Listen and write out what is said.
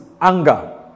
anger